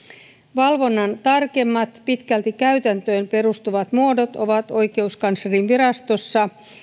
valvonnan tarkemmat pitkälti käytäntöön perustuvat muodot ovat oikeuskanslerinvirastossa